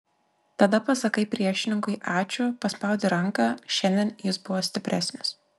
tada pasakai priešininkui ačiū paspaudi ranką šiandien jis buvo stipresnis